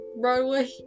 Broadway